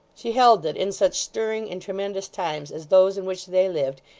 she held that, in such stirring and tremendous times as those in which they lived,